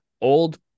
old